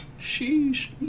Sheesh